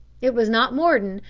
it was not mordon,